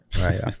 right